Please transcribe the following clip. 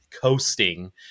coasting